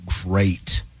great